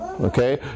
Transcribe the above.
Okay